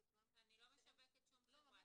עצמם --- אני לא משווקת שום חברה.